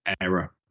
error